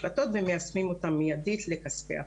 החלטות ומיישמים אותן מיידית לכספי הקרן.